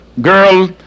girl